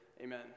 Amen